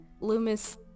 Loomis